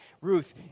Ruth